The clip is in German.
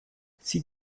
sie